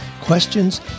questions